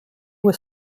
was